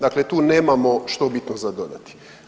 Dakle, tu nemamo što bitno za dodati.